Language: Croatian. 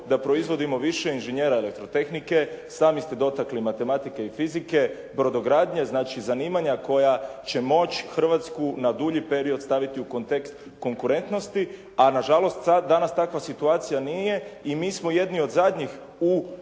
da proizvodimo više inženjera elektrotehnike, sami ste dotakli matematike i fizike, brodogradnje, znači zanimanja koja će moći Hrvatsku na dulji period staviti u kontekst konkurentnosti a nažalost sada danas takva situacija nije. I mi smo jedni od zadnjih u